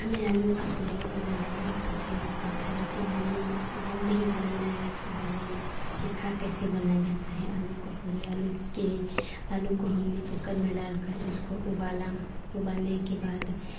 हमें आलू की पूड़ी बनाना बहुत कठिन लगता था लेकिन हमें जब नहीं बनाना आया तब हमने सीखा कैसे बनाई जाती है आलू की पूड़ी आलू के आलू को हमने कुकर में डालकर उसको उबाला उबालने के बाद